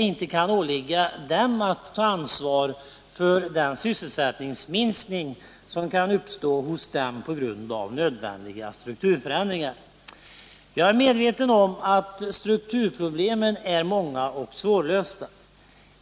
inte kan åligga företaget att ta ansvar för den sysselsättningsminskning som kan uppstå hos dem på grund av nödvändiga strukturförändringar. Jag är medveten om att strukturproblemen är många och svårlösta.